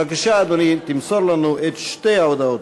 בבקשה, אדוני, תמסור לנו את שתי ההודעות.